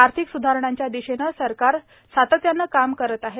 आर्थिक सुधारणांच्या दिशेनं सरकार सातत्यानं काम करत आहे